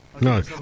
no